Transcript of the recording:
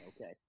okay